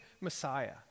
Messiah